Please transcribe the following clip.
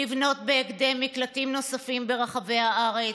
לבנות בהקדם מקלטים נוספים ברחבי הארץ,